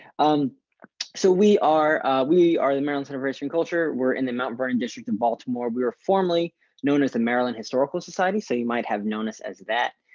i'm so we are we are the maryland innovation culture we're in the mount vernon district in baltimore. we were formerly known as the maryland historical society. so you might have known as as that.